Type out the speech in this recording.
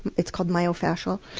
it's called myofascial